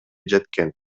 жеткен